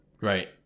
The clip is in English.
Right